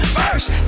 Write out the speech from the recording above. first